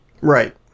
Right